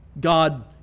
God